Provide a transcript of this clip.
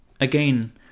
Again